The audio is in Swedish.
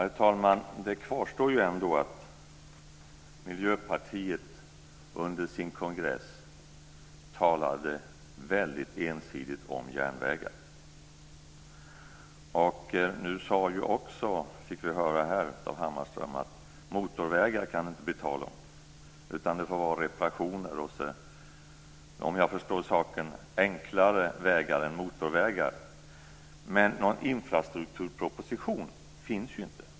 Herr talman! Det kvarstår ändå att Miljöpartiet under sin kongress talade väldigt ensidigt om järnvägar. Nu fick vi höra av Hammarström att det inte kan bli tal om motorvägar, utan det får vara reparationer och om jag förstår saken rätt enklare vägar än motorvägar. Men någon infrastrukturproposition finns ju inte.